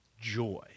joy